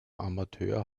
amateur